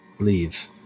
leave